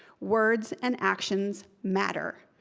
words and actions matter.